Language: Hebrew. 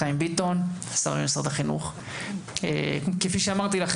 חיים ביטון כפי שאמרתי,